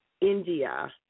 India